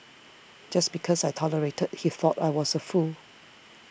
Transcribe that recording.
just because I tolerated he thought I was a fool